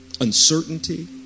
Uncertainty